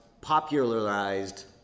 popularized